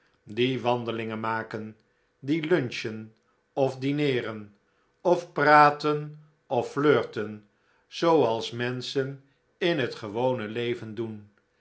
die wandelingen maken die lunchen of dineeren of praten of flirten zooals menschen in het gewone leven doen